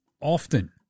often